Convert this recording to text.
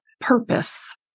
purpose